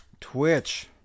Twitch